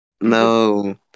No